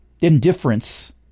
indifference